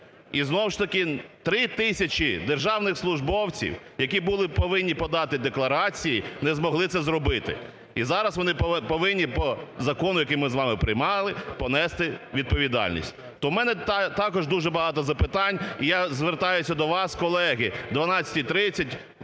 І знову ж таки 3 тисячі державних службовців, які були повинні подати декларації, не змогли це зробити. І зараз вони повинні по закону, який ми з вами приймали, понести відповідальність. То у мене також дуже багато запитань. І я звертаюся до вас, колеги, о 12.30